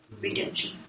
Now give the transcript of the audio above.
Redemption